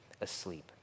asleep